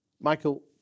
Michael